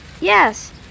Yes